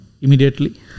immediately